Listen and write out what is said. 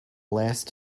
last